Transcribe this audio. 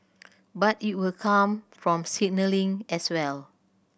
but it will come from signalling as well